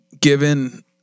given